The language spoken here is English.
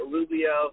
Rubio